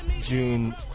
June